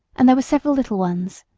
and there were several little ones.